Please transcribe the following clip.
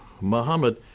Muhammad